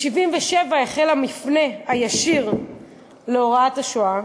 בשנת 1977 החל המפנה הישיר ביותר בהוראת השואה,